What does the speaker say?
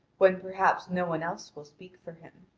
when perhaps no one else will speak for him.